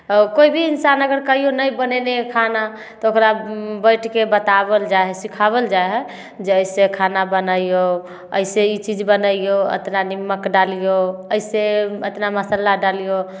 तऽ कोइ भी इन्सान अगर कहिओ नहि बनेने रहै हइ खाना तऽ ओकरा बैठके बताओल जाइ हइ सिखाओल जाइ हइ जे एहिसे खाना बनैयौ एहिसे ई चीज बनैयौ अतना नीमक डालियौ एहिसे अतना मसल्ला डालियौ